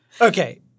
Okay